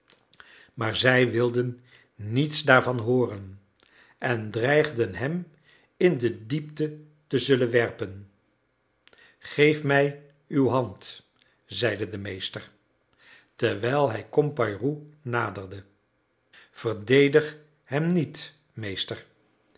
maar zij wilden niets daarvan hooren en dreigden hem in de diepte te zullen werpen geef mij uw hand zeide de meester terwijl hij compayrou naderde verdedig hem niet meester